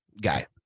guy